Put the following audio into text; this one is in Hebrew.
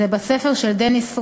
הייתה כשיצא הספר של דניס רוס,